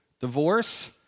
Divorce